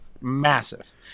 massive